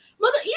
mother